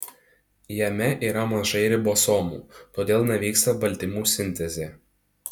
jame yra mažai ribosomų todėl nevyksta baltymų sintezė